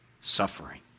suffering